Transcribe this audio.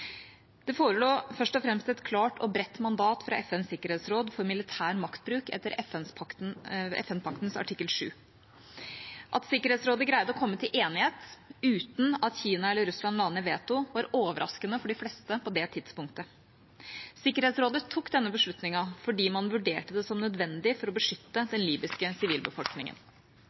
Det forelå først og fremst et klart og bredt mandat fra FNs sikkerhetsråd for militær maktbruk etter FN-paktens kapittel VII. At Sikkerhetsrådet greide å komme til enighet, uten at Kina eller Russland la ned veto, var overraskende for de fleste på det tidspunktet. Sikkerhetsrådet tok denne beslutningen fordi man vurderte det som nødvendig for å beskytte den libyske sivilbefolkningen.